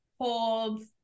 holds